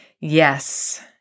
Yes